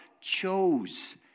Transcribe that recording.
chose